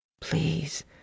Please